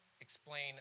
explain